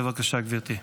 בבקשה, גברתי,